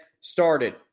Started